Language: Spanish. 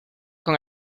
con